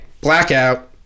Blackout